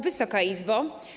Wysoka Izbo!